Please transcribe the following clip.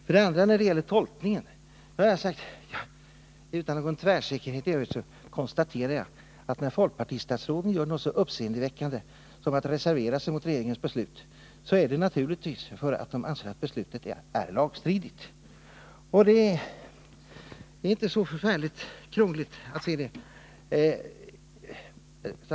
När det så gäller tolkningen konstaterar jag — utan någon tvärsäkerhet i Övrigt — att när folkpartistatsråden gjorde något så uppseendeväckande som att reservera sig mot regeringens beslut, så gjorde de naturligtvis det därför att de ansåg att beslutet var lagstridigt. Det är inte så förfärligt krångligt att inse detta.